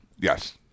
Yes